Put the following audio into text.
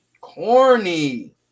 Corny